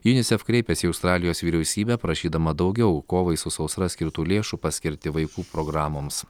junisef kreipėsi į australijos vyriausybę prašydama daugiau kovai su sausra skirtų lėšų paskirti vaikų programoms